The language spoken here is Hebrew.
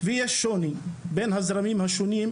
ויש שוני בין הזרמים השונים,